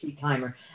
Timer